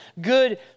good